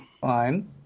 Fine